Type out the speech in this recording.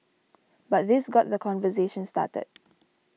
but this got the conversation started